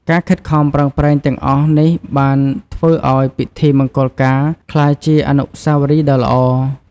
ការខិតខំប្រឹងប្រែងទាំងអស់នេះបានធ្វើឱ្យពិធីមង្គលការក្លាយជាអនុស្សាវរីយ៍ដ៏ល្អ។